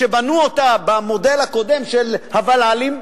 שבנו אותה במודל הקודם של הוול"לים.